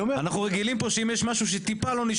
אנחנו מצלמים לכולם.